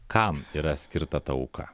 kam yra skirta ta auka